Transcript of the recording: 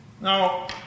Now